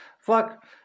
fuck